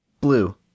Blue